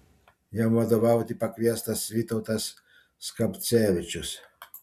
jam vadovauti pakviestas vytautas skapcevičius